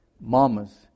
Mamas